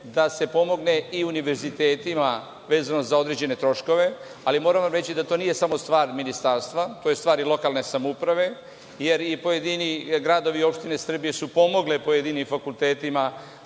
da se pomogne i univerzitetima, vezano za određene troškove, ali moram vam reći da to nije samo stvar Ministarstva, to je stvar i lokalne samouprave, jer i pojedini gradovi i opštine Srbije su pomogle pojedinim fakultetima